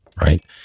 right